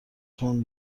تند